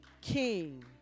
king